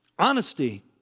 Honesty